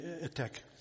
attack